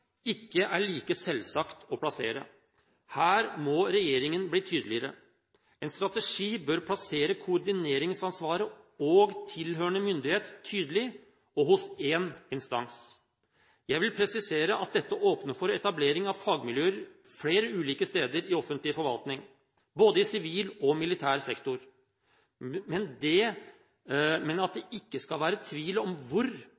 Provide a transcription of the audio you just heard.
ikke er like selvsagt å plassere. Her må regjeringen bli tydeligere. En strategi bør plassere koordineringsansvaret og tilhørende myndighet tydelig og hos én instans. Jeg vil presisere at dette åpner for etablering av fagmiljøer flere ulike steder i offentlig forvaltning, både i sivil og militær sektor, men det skal ikke være tvil om hvor